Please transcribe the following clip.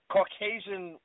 Caucasian